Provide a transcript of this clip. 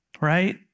Right